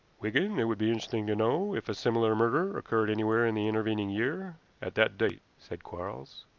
wigan, it would be interesting to know if a similar murder occurred anywhere in the intervening year at that date, said quarles.